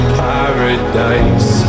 paradise